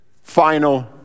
final